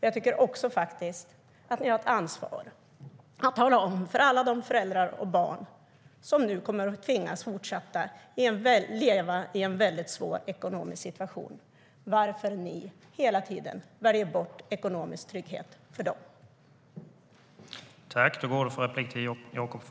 Jag tycker faktiskt också att ni har ett ansvar för att, för alla de föräldrar och barn som nu kommer att tvingas fortsätta leva i en mycket svår ekonomisk situation, tala om varför ni hela tiden väljer bort ekonomisk trygghet för dem.